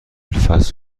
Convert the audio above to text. فست